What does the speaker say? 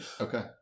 Okay